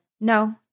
No